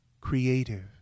creative